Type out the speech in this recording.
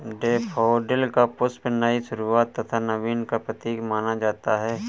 daffodil का पुष्प नई शुरुआत तथा नवीन का प्रतीक माना जाता है